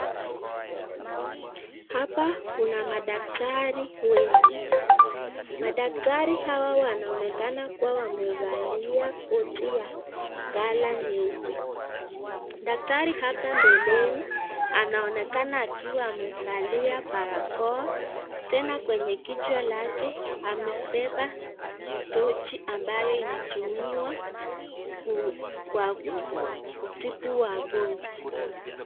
Hapa kuna madaktari wengi. Madaktari hawa wanaonekana kuwa wamevalia koti ya [colour] nyeupe. Daktari hapa mbeleni, anaonekana akiwa amevalia barakoa, tena kenye kichwa lake amebeba tochi ambayo inatumiwa kwa kutibu wagonjwa.